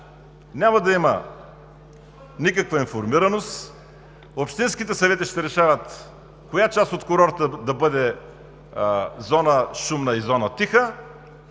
Няма да има никаква информираност, общинските съвети ще решават коя част от курорта да бъде зона шумна и зона тиха